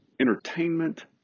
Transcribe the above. entertainment